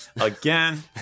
Again